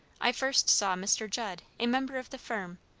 i first saw mr. judd, a member of the firm,